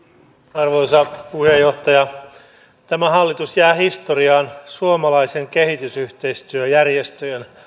arvoisa puheenjohtaja tämä hallitus jää historiaan suomalaisten kehitysyhteistyöjärjestöjen